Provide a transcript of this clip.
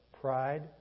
pride